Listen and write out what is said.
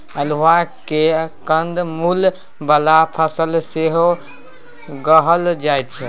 अल्हुआ केँ कंद मुल बला फसल सेहो कहल जाइ छै